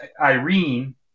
Irene